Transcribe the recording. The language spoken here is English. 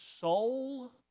soul